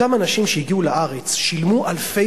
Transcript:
אותם אנשים שהגיעו לארץ שילמו אלפי